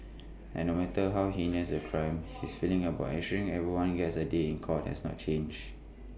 and no matter how heinous the crime his feelings about ensuring everyone gets A day court has not changed